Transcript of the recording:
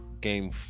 Game